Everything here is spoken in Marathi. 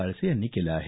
आळसे यांनी केलं आहे